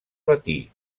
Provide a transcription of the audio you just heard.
platí